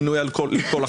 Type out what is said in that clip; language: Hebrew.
המינוי לכל החיים,